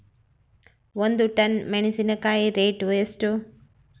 ಒಂದು ಟನ್ ಮೆನೆಸಿನಕಾಯಿ ರೇಟ್ ಎಷ್ಟು?